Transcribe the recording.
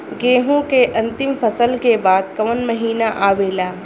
गेहूँ के अंतिम फसल के बाद कवन महीना आवेला?